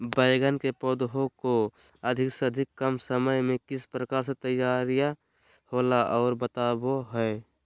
बैगन के पौधा को अधिक से अधिक कम समय में किस प्रकार से तैयारियां होला औ बताबो है?